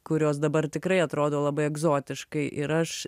kurios dabar tikrai atrodo labai egzotiškai ir aš